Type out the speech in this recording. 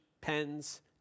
pens